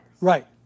Right